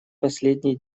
последний